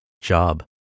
Job